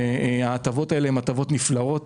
ההטבות האלו הן נפלאות.